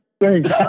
Thanks